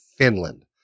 Finland